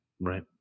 Right